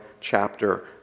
chapter